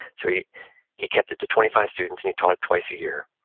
so he he kept it to twenty five students and he taught it twice a year.